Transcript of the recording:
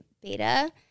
beta